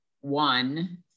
one